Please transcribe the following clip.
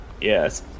yes